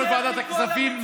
יושב-ראש ועדת הכספים,